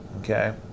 okay